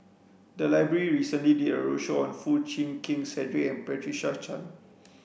the library recently did a roadshow on Foo Chee Keng Cedric and Patricia Chan